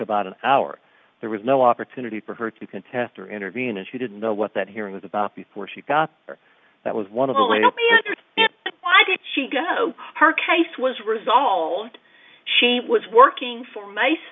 about an hour there was no opportunity for her to contest or intervene and she didn't know what that hearing was about before she got there that was one of the why did she got her case was resolved she was working for